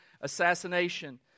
assassination